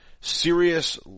serious